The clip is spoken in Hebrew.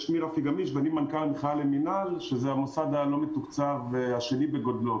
המכללה למינהל זה המוסד הלא מתוקצב השני בגודלו,